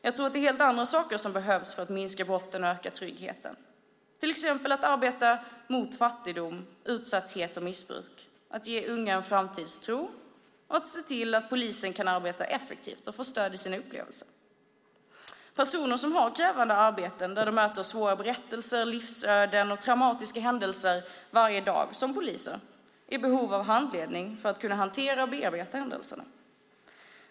Jag tror att det är helt andra saker som behövs för att minska brotten och öka tryggheten, till exempel att arbeta mot fattigdom, utsatthet och missbruk och att ge unga en framtidstro och se till att polisen kan arbeta effektivt och få stöd i sina upplevelser. Personer som har krävande arbeten där de möter svåra berättelser, livsöden och traumatiska händelser varje dag, som poliser, är i behov av handledning för att kunna hantera och bearbeta händelserna.